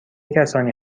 کسانی